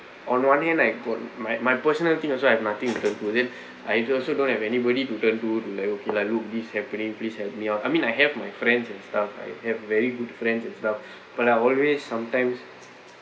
on one hand I got my my personal thing also I have nothing to turn to then I also don't have anybody to turn to like okay lah look this happening please help me out I mean I have my friends and stuff I have very good friends and stuff but I always sometimes